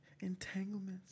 Entanglements